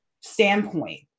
standpoint